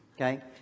Okay